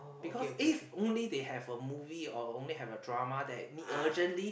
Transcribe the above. because if only they have a movie or only have a drama that need urgently